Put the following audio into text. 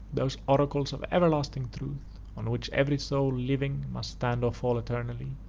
those oracles of everlasting truth, on which every soul living must stand or fall eternally,